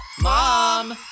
mom